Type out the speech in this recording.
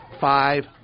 Five